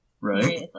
right